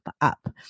up